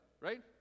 right